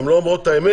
הן לא אומרות את האמת?